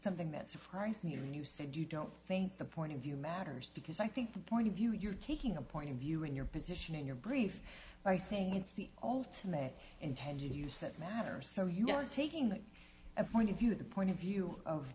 something that surprised me and you said you don't think the point of view matters because i think the point of view you're taking a point of view and your position in your brief i think it's the ultimate intended use that matters so you know taking a point of view the point of view of